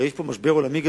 הרי יש פה משבר עולמי גדול,